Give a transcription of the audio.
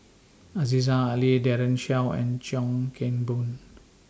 Aziza Ali Daren Shiau and Chuan Keng Boon